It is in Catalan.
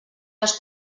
les